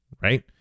right